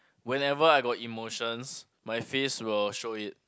whenever I got emotions my face will show it